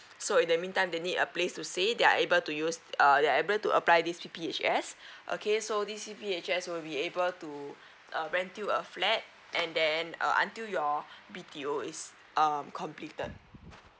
so in the meantime they need a place to stay they are able to use err they're able to apply this P_P_H_S okay so this P_P_H_S will be able to err rent you a flat and then err until your B_T_O is um completed